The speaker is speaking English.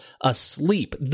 asleep